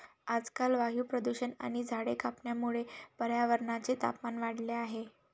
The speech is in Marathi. आजकाल वायू प्रदूषण आणि झाडे कापण्यामुळे पर्यावरणाचे तापमान वाढले आहे